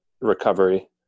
recovery